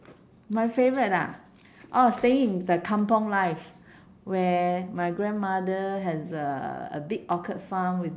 my favourite ah oh staying in the kampung life where my grandmother has a a big orchid farm with